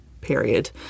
period